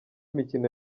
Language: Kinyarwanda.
mikino